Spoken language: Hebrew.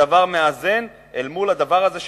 כמאזן מול הדבר הזה שנוצר,